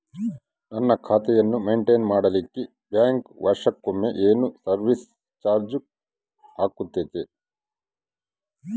ನನ್ನ ಖಾತೆಯನ್ನು ಮೆಂಟೇನ್ ಮಾಡಿಲಿಕ್ಕೆ ಬ್ಯಾಂಕ್ ವರ್ಷಕೊಮ್ಮೆ ಏನು ಸರ್ವೇಸ್ ಚಾರ್ಜು ಹಾಕತೈತಿ?